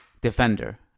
defender